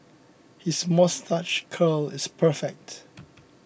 his moustache curl is perfect